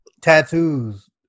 tattoos